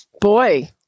Boy